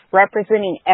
representing